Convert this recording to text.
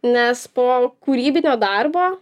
nes po kūrybinio darbo